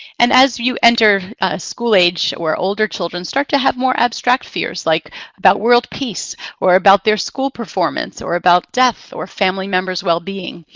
and as you enter school age or older children start to have more abstract fears like about world peace or about their school performance or about death or family member's well-being.